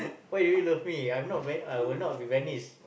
why do you love me I am not I will not be Venice